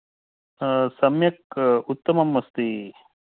सम्यक् उत्तमम् अस्ति महोदय